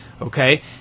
Okay